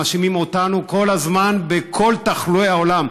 מאשימים אותנו כל הזמן בכל תחלואי העולם.